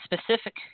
specific